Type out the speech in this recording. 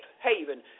haven